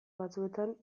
batzuetan